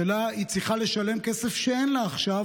שהיא צריכה לשלם כסף שאין לה עכשיו,